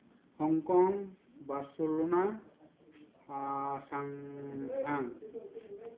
Hong Kong ᱵᱟᱥᱳᱞᱚᱱᱟ ᱟᱨ ᱥᱟᱝᱦᱟᱝ